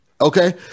Okay